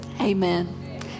Amen